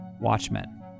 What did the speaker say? Watchmen